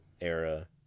era